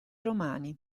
romani